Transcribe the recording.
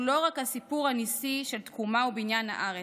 לא רק הסיפור הניסי של תקומה ובניין הארץ,